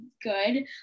good